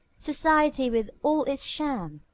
society, with all its sham,